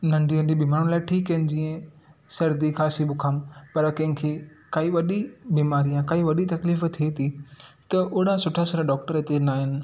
नंढी नंढी बीमारियुनि लाइ ठीकु आहिनि जीअं सर्दी खांसी जुकाम पर कंहिंखे काई वॾी बीमारीयां काई वॾी तकलीफ़ थिए थी त ओॾा सुठा सुठा डॉक्टर हिते ना आहिनि